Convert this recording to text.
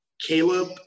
caleb